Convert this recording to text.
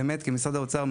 כמשרד האוצר,